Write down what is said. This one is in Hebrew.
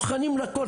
אנחנו מוכנים לכול,